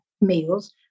meals